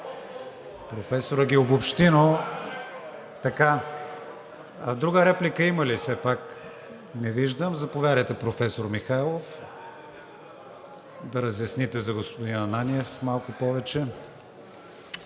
Професорът ги обобщи, но… Друга реплика има ли? Не виждам. Заповядайте, професор Михайлов, да разясните за господин Ананиев малко повече.